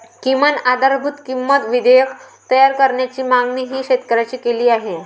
किमान आधारभूत किंमत विधेयक तयार करण्याची मागणीही शेतकऱ्यांनी केली आहे